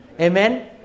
Amen